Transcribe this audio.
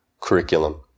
curriculum